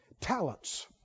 talents